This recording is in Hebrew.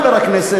חבר הכנסת,